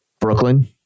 Brooklyn